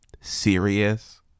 serious